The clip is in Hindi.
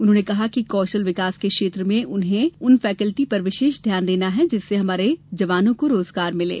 उन्होंने कहा कि कौशल विकास के क्षेत्र में हमें उन फैकल्टी में विशेष ध्यान देना है जिससे हमारे जवानों को रोजगार मिले